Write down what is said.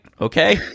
okay